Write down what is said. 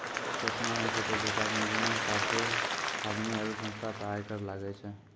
केतना ने क्षेत्राधिकार निगमो साथे आदमी आरु संस्था पे आय कर लागै छै